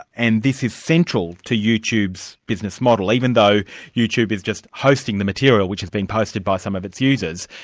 and this is central to youtube's business model, even though youtube is just posting the material which has been posted by some of its users,